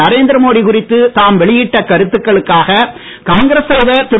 நரேந்திர மோடி குறித்து தாம் வெளியிட்ட கருத்துகளுக்காக காங்கிரஸ் தலைவர் திரு